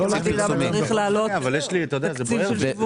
שאלתי למה צריך להעלות תקציב של שיווק.